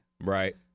Right